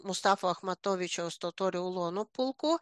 mustafo achmatovičiaus totorių ulonų pulku